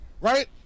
right